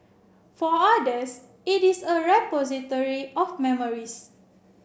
for others it is a repository of memories